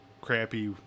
crappy